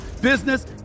business